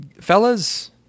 fellas